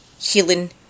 healing